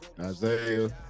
Isaiah